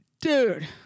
dude